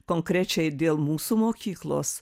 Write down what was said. konkrečiai dėl mūsų mokyklos